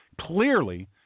clearly